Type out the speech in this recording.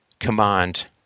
command